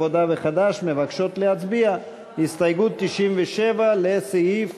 העבודה וחד"ש מבקשות להצביע על הסתייגות 97 לסעיף